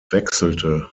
wechselte